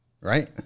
right